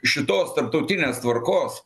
šitos tarptautinės tvarkos